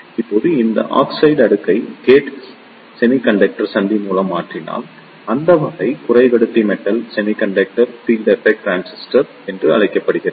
இப்போது இந்த ஆக்சைடு அடுக்கை கேட் செமிகண்டக்டர் சந்தி மூலம் மாற்றினால் அந்த வகை குறைக்கடத்தி metal semiconductor field effect transistor என்று அழைக்கப்படுகிறது